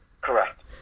Correct